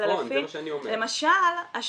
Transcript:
למשל,